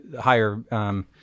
higher